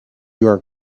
york